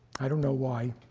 i don't know why.